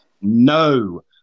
no